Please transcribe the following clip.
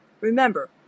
Remember